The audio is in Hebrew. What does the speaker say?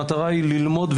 המטרה היא ללמוד,